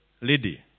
lady